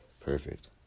Perfect